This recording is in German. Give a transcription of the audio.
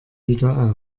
wieder